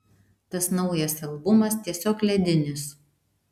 tas naujas albumas tiesiog ledinis